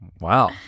Wow